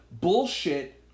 bullshit